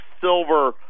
Silver